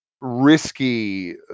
risky